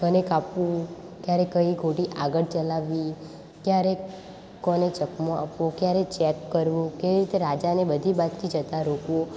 કોને કાપવું ક્યારે કઈ ગોટી આગળ ચલાવવી ક્યારે કોને ચકમો આપવો ક્યારે ચેક કરવું કે કઈ રીતે રાજાને બધી બાજુથી જતાં રોકવું